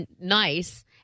nice